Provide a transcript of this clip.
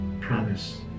promise